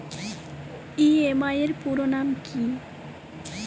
EMI এর পুরোনাম কী?